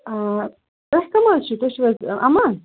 آ تۄہہِ کٕم حظ چھُو تُہۍ چھُو حظ اَمَان